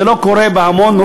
זה לא קורה המון,